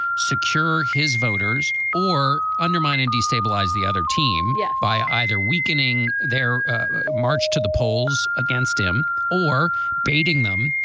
secure his voters, or undermine and destabilise the other team yeah by either weakening their march to the polls against him or beating them.